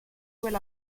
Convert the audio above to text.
well